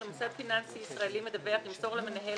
מוסד פיננסי ישראלי מדווח ימסור למנהל,